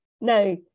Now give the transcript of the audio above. Now